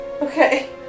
Okay